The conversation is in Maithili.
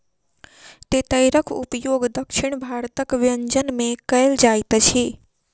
तेतैरक उपयोग दक्षिण भारतक व्यंजन में कयल जाइत अछि